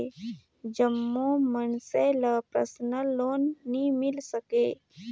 जम्मो मइनसे ल परसनल लोन नी मिल सके